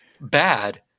bad